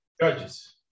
judges